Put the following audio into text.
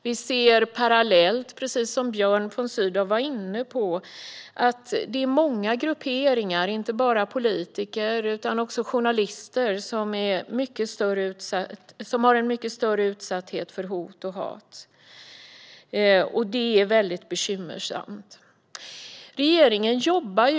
Parallellt med det ser vi, precis som Björn von Sydow var inne på, att det är många grupper - inte bara politiker utan också journalister - som är utsatta för hot och hat i mycket större utsträckning. Det är bekymmersamt. Regeringen jobbar